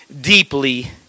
deeply